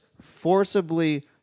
forcibly